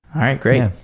all right, great.